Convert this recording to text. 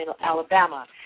Alabama